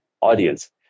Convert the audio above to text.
audience